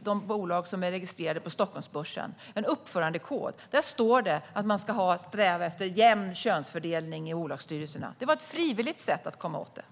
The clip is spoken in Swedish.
de bolag som är registrerade på Stockholmsbörsen. Där står det att man ska sträva efter en jämn könsfördelning i bolagsstyrelserna. Det var ett frivilligt sätt att komma åt detta.